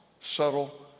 subtle